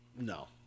No